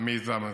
המיזם הזה.